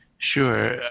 Sure